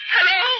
Hello